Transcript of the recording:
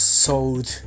sold